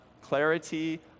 clarity